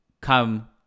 come